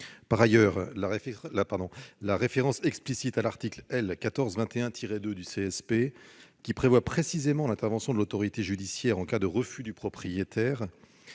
Par ailleurs, la référence explicite à l'article L. 1421-2 du code de la santé publique qui prévoit précisément l'intervention de l'autorité judiciaire en cas de refus du propriétaire